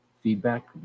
feedback